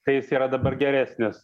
tai jis yra dabar geresnis